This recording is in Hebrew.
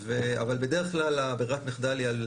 אבל בדרך כלל ברירת המחדל היא על